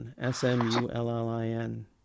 S-M-U-L-L-I-N